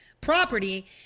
property